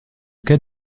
cas